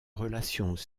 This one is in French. relations